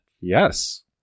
Yes